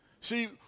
See